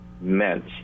meant